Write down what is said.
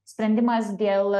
sprendimas dėl